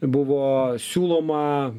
buvo siūloma